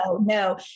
no